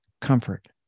comfort